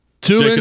Two